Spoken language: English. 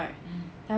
mm